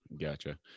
gotcha